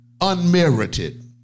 unmerited